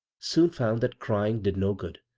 soon found that crying did no good.